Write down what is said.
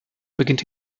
beginnt